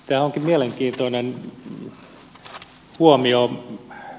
tämä onkin mielenkiintoinen huomio